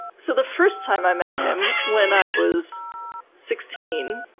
so the first time i met him, when i was sixteen,